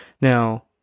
Now